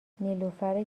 نیلوفر